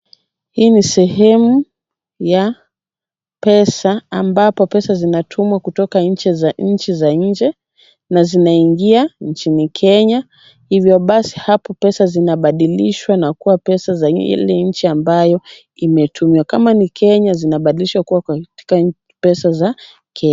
Hii ni sehemu ya pesa ambapo pesa zinatumwa kutoka nchi za nje na zinaingia nchini Kenya . Hivyo basi hapo pesa zinabadilishwa na kuwa pesa za nchi Ile ambayo imetumwa . Kama ni Kenya zinabadilishwa kuwa katika pesa za Kenya.